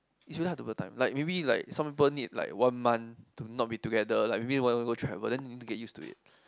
it's really hard to put a time like maybe like someone burn it like one month to not be together like maybe want go travel then you need to get used to it